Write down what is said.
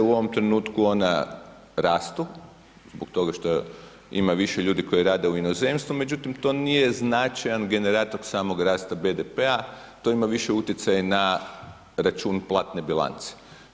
U ovom trenutku ona rastu, zbog toga što ima više ljudi koji rade u inozemstvu, međutim to nije značajan generator samog rasta BDP-a, to ima više utjecaj na račun platne bilance.